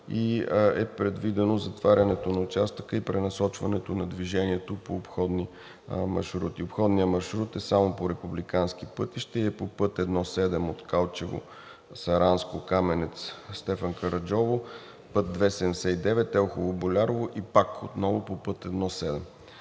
и е предвидено затварянето на участъка и пренасочването на движението по обходни маршрути. Обходният маршрут е само по републикански пътища и е по път I-7 от Калчево – Саранско – Каменец – Стефан Караджово – път II-79 Елхово – Болярово и пак отново по път I-7.